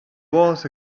was